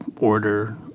order